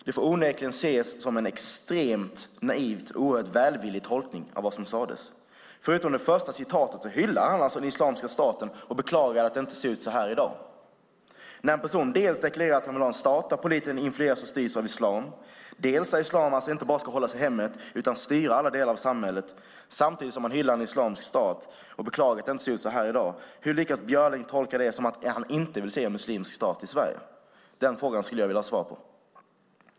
Det får onekligen ses som en extremt naiv och oerhört välvillig tolkning av vad som sades. Förutom i det första citatet hyllar han annars den islamiska staten och beklagar att det inte ser ut så här i dag. När en person deklarerar dels att han vill ha en stat där politiken influeras och styrs av islam, dels att islam inte bara ska hållas i hemmet utan styra alla delar av samhället, samtidigt som han hyllar en islamisk stat och beklagar att det inte ser ut så här i dag, hur lyckas då Björling tolka det som att han inte vill se en muslimsk stat i Sverige? Den frågan skulle jag vilja ha svar på.